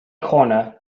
corner